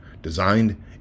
Designed